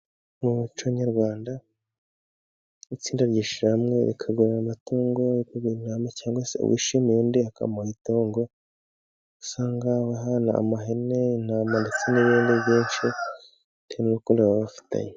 Mu muco nyarwanda, itsinda ryishyirahamwe rikagura amatungo, guverinoma cyangwa se uwishimiye undi akamuha itungo. Usanga bahana amahene, intama, ndetse n’ibindi byinshi, bitewe n’urukundo baba bafitanye.